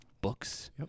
books